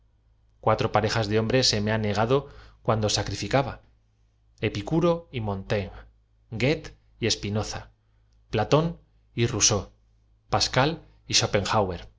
cuatro pa rejas de hombres se me han negado cuando sacrifica ba epícuro y montaigne goethe y spinoza platón y rousseau pascal y